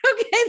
okay